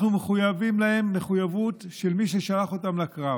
אנחנו מחויבים להם מחויבות של מי ששלח אותם לקרב.